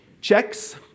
Checks